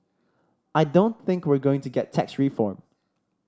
I don't think we're going to get tax reform